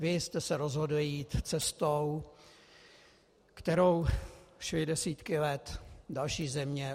Vy jste se rozhodli jí cestou, kterou šly desítky let další země.